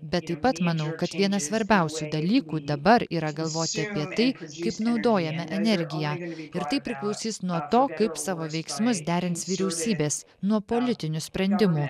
bet taip pat manau kad vienas svarbiausių dalykų dabar yra galvoti apie tai kaip naudojame energiją ir tai priklausys nuo to kaip savo veiksmus derins vyriausybės nuo politinių sprendimų